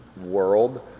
world